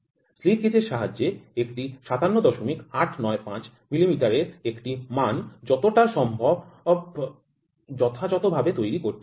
slip gauge এর সাহায্যে একটি ৫৭৮৯৫ মিলিমিটারের একটি মান যতটা সম্ভব যথাযথভাবে তৈরি হতে হবে